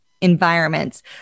environments